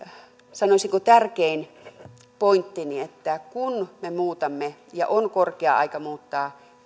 sanoisinko tärkein pointtini että kun me muutamme isien asemaa ja on korkea aika muuttaa